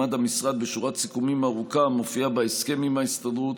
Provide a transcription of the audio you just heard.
עמד המשרד בשורת סיכומים ארוכה המופיעה בהסכם עם ההסתדרות,